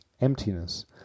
emptiness